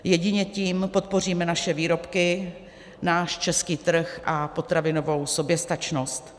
Jedině tím podpoříme naše výrobky, náš český trh a potravinovou soběstačnost.